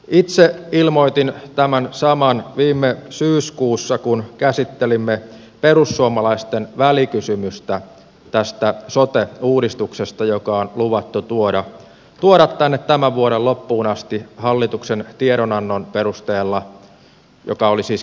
itse ilmoitin tämän saman viime syyskuussa kun käsittelimme perussuomalaisten välikysymystä tästä sote uudistuksesta joka on luvattu tuoda tänne tämän vuoden loppuun asti hallituksen tiedonannon perusteella joka oli siis kesäkuussa